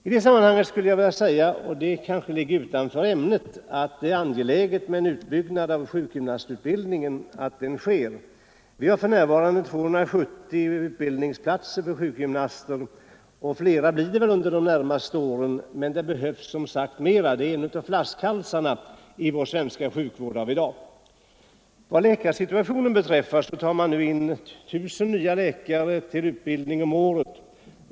I det sammanhanget skulle jag vilja säga — fastän det kanske ligger utanför ämnet — att det är angeläget att en utbyggnad av sjukgymnastutbildningen sker. Vi har för närvarande 270 utbildningsplatser för sjukgymnaster, och flera blir det väl under de närmaste åren, men det behövs ännu flera; detta är en av flaskhalsarna i den svenska sjukvården av i dag. Vad läkarsituationen beträffar tar man nu in 1 000 nya läkare till utbildning om året.